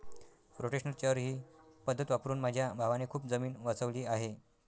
rotational चर ही पद्धत वापरून माझ्या भावाने खूप जमीन वाचवली आहे